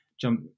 jump